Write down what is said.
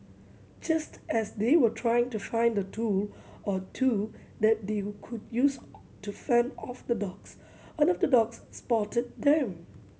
just as they were trying to find a tool or two that they could use to fend off the dogs one of the dogs spotted them